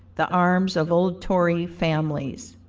the arms of old tory families.